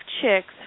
chicks